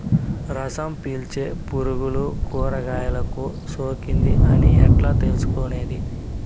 రసం పీల్చే పులుగులు కూరగాయలు కు సోకింది అని ఎట్లా తెలుసుకునేది?